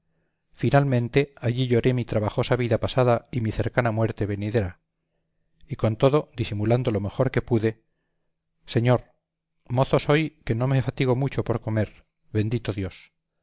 finalmente allí lloré mi trabajosa vida pasada y mi cercana muerte venidera y con todo disimulando lo mejor que pude señor mozo soy que no me fatigo mucho por comer bendito dios